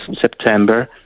September